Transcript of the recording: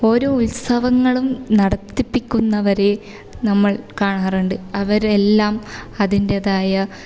ഓരോ ഉത്സവങ്ങളും നടത്തിപ്പിക്കുന്നവരെ നമ്മള് കാണാറുണ്ട് അവരെല്ലാം അതിന്റേതായ